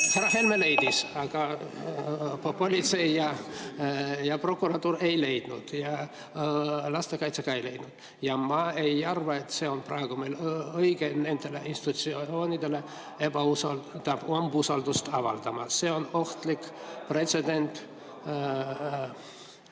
Helme leidis, aga politsei ja prokuratuur ei leidnud. Ja lastekaitse ka ei leidnud. Ma ei arva, et on praegu õige nendele institutsioonidele umbusaldust avaldada. See on ohtlik pretsedent.